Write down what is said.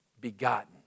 begotten